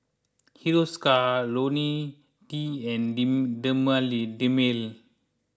Hiruscar Ionil T and Dermale